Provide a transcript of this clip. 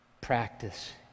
practice